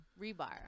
Rebar